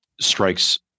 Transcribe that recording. strikes